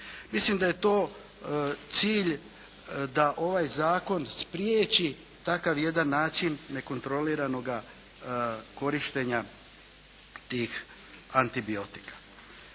Mislim da je to cilj da ovaj zakon spriječi takav jedan način nekontroliranoga korištenja tih antibiotika.